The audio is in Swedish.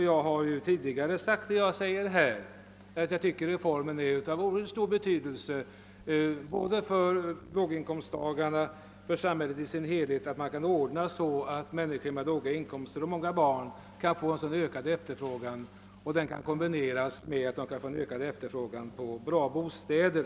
Jag har också tidigare sagt det jag säger här, nämligen att jag tycker att det är av oerhört stor betydelse både för låginkomsttagarna och för samhället i dess helhet att man kan ordna det så att människor med låga inkomster och många barn kan svara för en ökad efterfrågan bl.a. på bra bostäder.